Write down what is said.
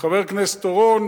חבר הכנסת אורון,